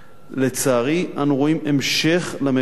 לצערי אנו רואים המשך למגמה,